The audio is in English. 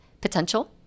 potential